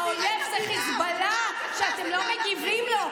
האויב זה החיזבאללה שאתם לא מגיבים לו.